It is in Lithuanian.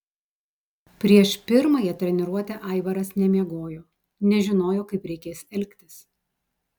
prieš pirmąją treniruotę aivaras nemiegojo nežinojo kaip reikės elgtis